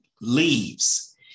leaves